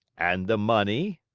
and the money?